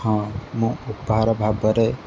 ହଁ ମୁଁ ଉପହାର ଭାବରେ